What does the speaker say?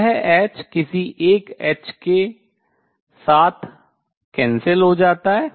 यह h किसी एक h के साथ cancel रद्द हो जाता है